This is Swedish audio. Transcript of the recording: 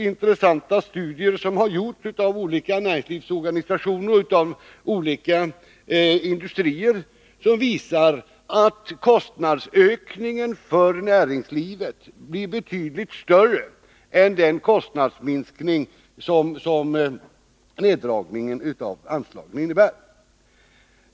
Intressanta studier som har gjorts av olika näringslivsorganisationer och av olika industrier visar att kostnadsökningen för näringslivet blir betydligt större än den kostnadsminskning som neddragningen av anslagen innebär.